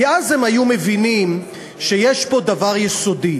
כי אז הם היו מבינים שיש פה דבר יסודי: